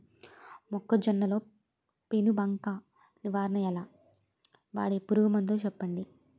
మొక్కజొన్న లో పెను బంక నివారణ ఎలా? వాడే పురుగు మందులు చెప్పండి?